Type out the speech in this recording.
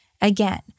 Again